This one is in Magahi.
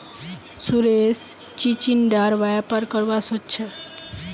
सुरेश चिचिण्डार व्यापार करवा सोच छ